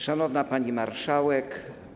Szanowna Pani Marszałek!